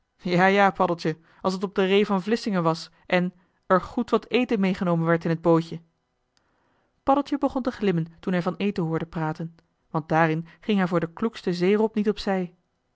paddeltje als t op de ree van vlissingen was en er goed wat eten meegenomen werd in t bootje paddeltje begon te glimmen toen hij van eten hoorde praten want daarin ging hij voor den kloeksten zeerob niet op